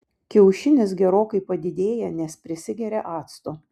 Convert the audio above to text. kiaušinis gerokai padidėja nes prisigeria acto